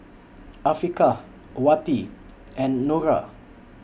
Afiqah Wati and Nura